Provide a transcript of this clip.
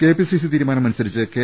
KPCC തീരുമാനമുസരിച്ച് K